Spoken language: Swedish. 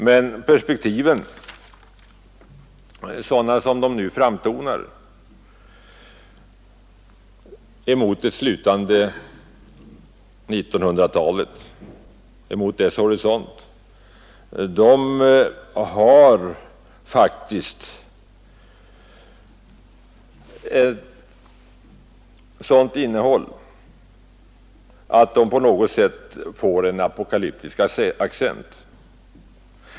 Men perspektiven, sådana som de nu framtonar emot det slutande 1900-talets horisont, är faktiskt sådana att de på något sätt får en apokalyptisk accent.